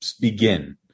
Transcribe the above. begin